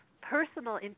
personal